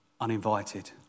uninvited